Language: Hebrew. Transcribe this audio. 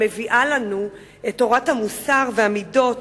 המביאה לנו את תורת המוסר והמידות,